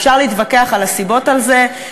אפשר להתווכח על הסיבות לזה,